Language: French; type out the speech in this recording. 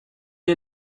est